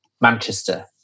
Manchester